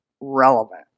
relevant